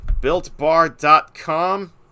BuiltBar.com